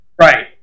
Right